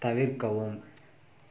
தவிர்க்கவும்